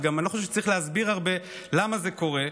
וגם אני לא חושב שצריך להסביר הרבה למה זה קורה,